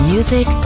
Music